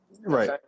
Right